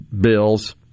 bills